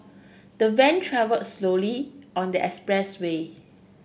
the van travelled slowly on the expressway